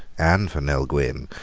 and for nell gwynn,